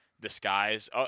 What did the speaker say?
disguise